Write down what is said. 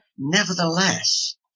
Nevertheless